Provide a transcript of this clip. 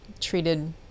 treated